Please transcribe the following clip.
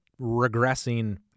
regressing